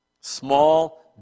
Small